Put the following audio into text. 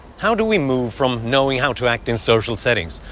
how do we move from knowing how to act in social settings,